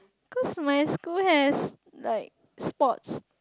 because my school has like sport